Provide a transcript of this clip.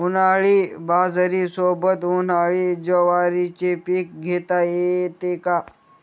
उन्हाळी बाजरीसोबत, उन्हाळी ज्वारीचे पीक घेता येते का?